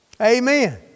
Amen